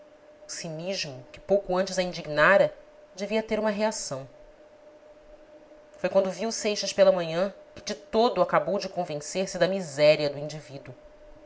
o cinismo que pouco antes a indignara devia ter uma reação foi quando viu seixas pela manhã que de todo acabou de convencer-se da miséria do indivíduo